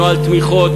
נוהל תמיכות,